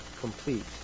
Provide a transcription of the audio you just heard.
complete